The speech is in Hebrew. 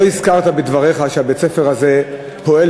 לא הזכרת בדבריך שבית-הספר הזה פועל